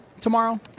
tomorrow